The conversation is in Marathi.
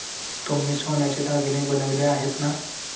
तुम्ही सोन्याचे दागिने बनवले आहेत ना?